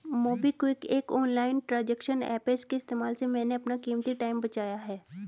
MobiKwik एक online transaction app है इसके इस्तेमाल से मैंने अपना कीमती टाइम बचाया है